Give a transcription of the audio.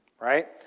right